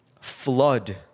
flood